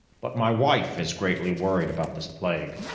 but my wife is greatly worried about this plague.